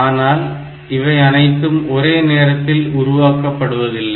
ஆனால் இவை அனைத்தும் ஒரே நேரத்தில் உருவாக்கப்படுவதில்லை